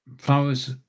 flowers